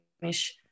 finish